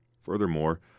Furthermore